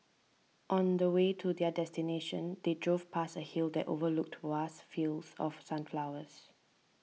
on the way to their destination they drove past a hill that overlooked vast fields of sunflowers